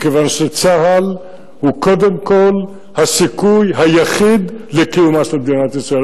מכיוון שצה"ל הוא קודם כול הסיכוי היחיד לקיומה של מדינת ישראל.